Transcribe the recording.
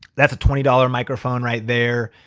that's a twenty dollars microphone right there.